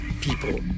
people